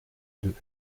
deux